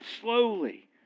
slowly